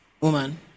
woman